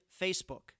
Facebook